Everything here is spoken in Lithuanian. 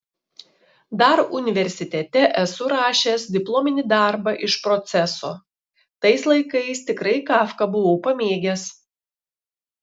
dar universitete esu rašęs diplominį darbą iš proceso tais laikais tikrai kafką buvau pamėgęs